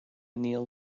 neal